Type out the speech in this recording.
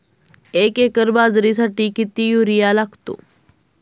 एक एकर बाजरीसाठी किती युरिया लागतो?